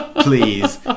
Please